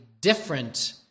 different